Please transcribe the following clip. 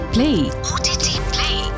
Play